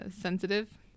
sensitive